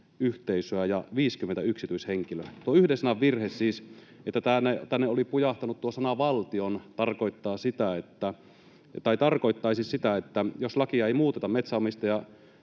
yhteisöä ja 50 yksityishenkilöä. Tuo yhden sanan virhe siis, että tänne oli pujahtanut tuo sana ”valtion”, tarkoittaisi sitä, että jos lakia ei muuteta, metsänomistaja